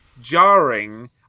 Jarring